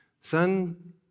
son